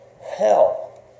hell